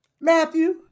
Matthew